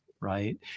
right